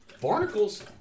barnacles